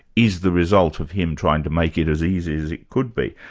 is the result of him trying to make it as easy as it could be.